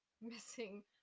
missing